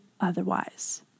otherwise